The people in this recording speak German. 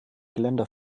geländer